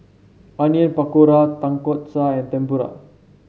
Onion Pakora Tonkatsu and Tempura